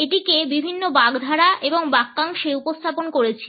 এটিকে বিভিন্ন বাগধারা এবং বাক্যাংশে উপস্থাপন করেছি